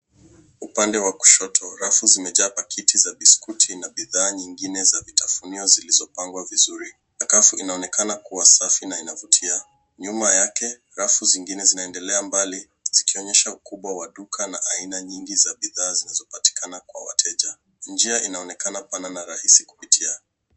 Upande wa kushoto, rafu zimejaa paketi za biskuti na bidhaa nyingine za vitafunio zilizopangwa vizuri. Sakafu inaonekana kuwa safi na inavutia, nyuma yake rafu zingine zinaendelea mbali zikionyesha ukubwa wa duka na aina nyingi za bidhaa zinazopatikana kwa wateja, njia inaonekana pana na rahisi kupitia.